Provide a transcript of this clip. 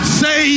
say